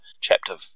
chapter